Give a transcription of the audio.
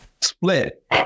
split